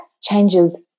changes